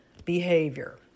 behavior